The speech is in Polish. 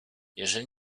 jeżeli